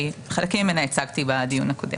חלקים ממנה הצגתי בדיון הקודם.